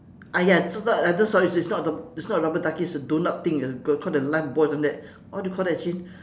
ah ya s~ sorry she's it's not the it's not a rubber ducky it's a doughnut thing called the lifebuoy or something like that what do you call that actually